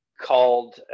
called